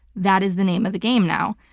that is the name of the game now.